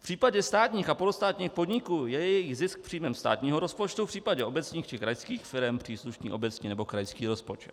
V případě státních a polostátních podniků je jejich zisk příjmem státního rozpočtu, v případě obecních či krajských firem příslušný obecní nebo krajský rozpočet.